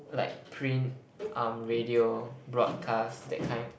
like print um radio broadcast that kind